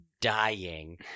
dying